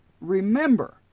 remember